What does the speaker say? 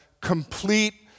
complete